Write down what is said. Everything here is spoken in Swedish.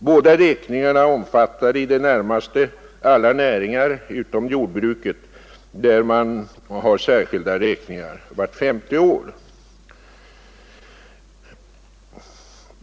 Båda räkningarna omfattar i det närmaste alla näringar utom jordbruket, där man har särskilda räkningar vart femte år.